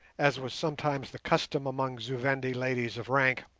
as was sometimes the custom among zu-vendi ladies of rank,